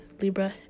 Libra